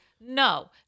No